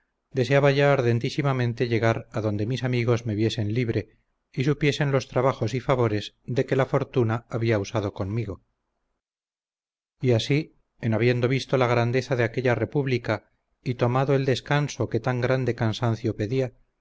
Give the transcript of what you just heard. vestidos deseaba ya ardentísimamente llegar a donde mis amigos me viesen libre y supiesen los trabajos y favores de que la fortuna había usado conmigo y así en habiendo visto la grandeza de aquella república y tomado el descanso que tan grande cansancio pedia